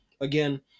Again